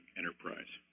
enterprise